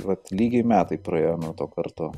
vat lygiai metai praėjo nuo to karto